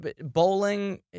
bowling